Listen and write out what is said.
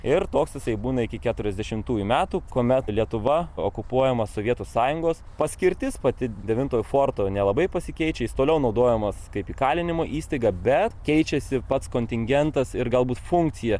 ir toks jisai būna iki keturiasdešimtųjų metų kuomet lietuva okupuojama sovietų sąjungos paskirtis pati devintojo forto nelabai pasikeičia jis toliau naudojamas kaip įkalinimo įstaiga bet keičiasi pats kontingentas ir galbūt funkcija